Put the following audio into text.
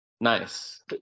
Nice